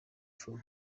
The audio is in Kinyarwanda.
for